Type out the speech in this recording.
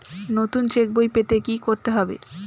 নতুন চেক বই পেতে কী করতে হবে?